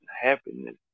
happiness